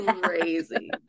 crazy